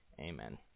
Amen